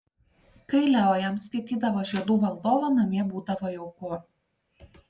kai leo jam skaitydavo žiedų valdovą namie būdavo jauku